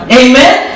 amen